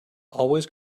always